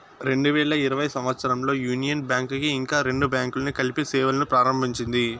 రెండు వేల ఇరవై సంవచ్చరంలో యూనియన్ బ్యాంక్ కి ఇంకా రెండు బ్యాంకులను కలిపి సేవలును ప్రారంభించింది